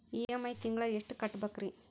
EMI ತಿಂಗಳ ಎಷ್ಟು ಕಟ್ಬಕ್ರೀ?